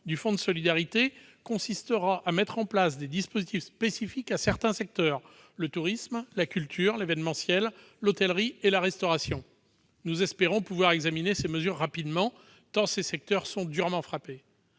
du fonds de solidarité, consistera à mettre en place des dispositifs spécifiques à certains secteurs : le tourisme, la culture, l'événementiel, l'hôtellerie et la restauration ». Nous espérons pouvoir examiner ces mesures rapidement, tant ces secteurs sont durement frappés.